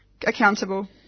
accountable